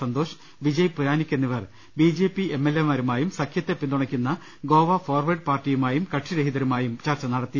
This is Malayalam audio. സന്തോഷ് വിജയ് പുരാനിക് എന്നിവർ ബി ജെ പി എം എൽ എമാരുമായും സഖ്യത്തെ പിന്തുണയ്ക്കുന്ന ഗോവ ഫോർവേഡ് പാർട്ടിയുമായും കക്ഷിരഹിതരുമായും ചർച്ച നടത്തി